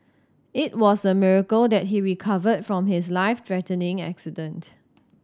it was a miracle that he recovered from his life threatening accident